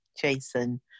Jason